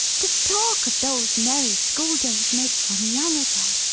to talk of those merry school-days makes one young again.